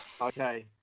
Okay